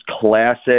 classic